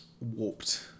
warped